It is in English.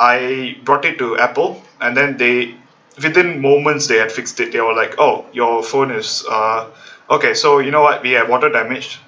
I brought it to Apple and then they within moments they had fixed it they were like oh your phone is uh okay so you know what we have water damage